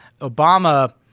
Obama